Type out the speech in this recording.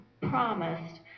promised